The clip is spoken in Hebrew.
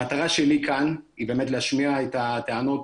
המטרה שלי כאן היא להשמיע את הטענות,